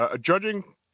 judging